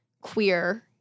queer